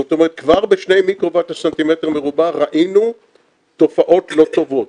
זאת אומרת כבר בשני מיקרוואט לס"מ מרובע ראינו תופעות לא טובות,